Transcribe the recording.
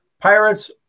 Pirates